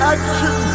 Action